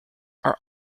are